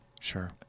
sure